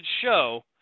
show